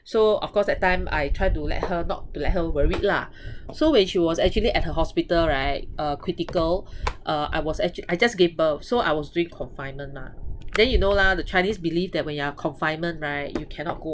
so of course that time I try to let her not to let her worried lah so when she was actually at her hospital right uh critical uh I was actu~ I just gave birth so I was doing confinement mah then you know lah the chinese believe that when you are confinement right you cannot go